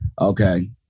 Okay